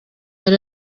yari